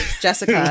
Jessica